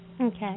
Okay